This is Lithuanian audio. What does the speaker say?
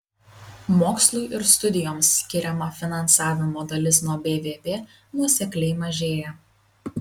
mokslui ir studijoms skiriama finansavimo dalis nuo bvp nuosekliai mažėja